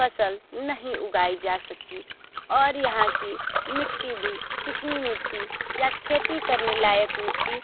फ़सल नहीं उगाई जा सकती और यहाँ की मिट्टी भी चिकनी मिट्टी या खेती करने लायक मिट्टी